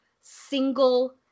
single